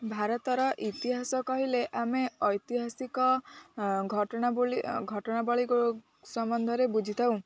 ଭାରତର ଇତିହାସ କହିଲେ ଆମେ ଐତିହାସିକ ଘଟଣାବଳୀ ସମ୍ବନ୍ଧରେ ବୁଝିଥାଉ